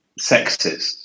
sexist